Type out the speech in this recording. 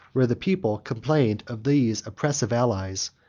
where the people complained of these oppressive allies,